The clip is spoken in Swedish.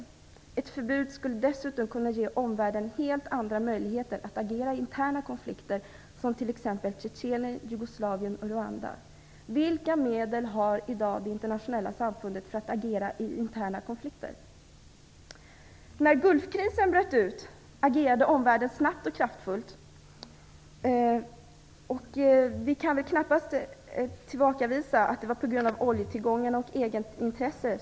Ett förbud skulle dessutom kunna ge omvärlden helt andra möjligheter att agera i interna konflikter, som t.ex. i Tjetjenien, Jugoslavien och Rwanda. Vilka medel har det internationella samfundet i dag för att agera i interna konflikter? När Gulfkrisen bröt ut agerade omvärlden snabbt och kraftfullt. Vi kan väl knappast tillbakavisa att man delvis agerade på grund av oljetillgångarna och egenintresse.